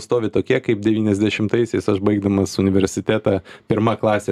stovi tokie kaip devyniasdešimtaisiais aš baigdamas universitetą pirma klasė